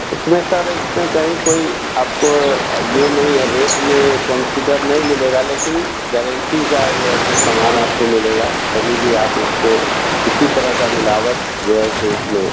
उसमें सर इस पर कहीं कोई आपको यह नहीं है रेट में काँसीडर नहीं मिलेगा लेकिन गारंटी का जैसे सामान आपको मिलेगा कभी भी आप इसको किसी तरह का मिलावट जो है इसमें